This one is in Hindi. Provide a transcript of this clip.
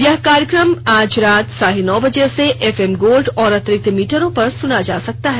यह कार्यक्रम आज रात साढे नौ बजे से एफएम गोल्ड और अतिरिक्त मीटरों पर सुना जा सकता है